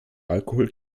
alkohol